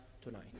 tonight